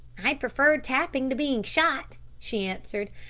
i preferred tapping to being shot, she answered.